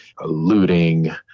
Looting